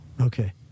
Okay